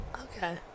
Okay